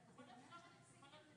היא לא תהיה בסעיף הזכות.